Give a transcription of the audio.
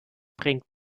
bringt